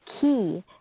key